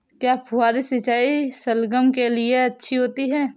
क्या फुहारी सिंचाई शलगम के लिए अच्छी होती है?